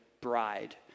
bride